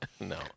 no